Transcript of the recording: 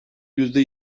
yüzde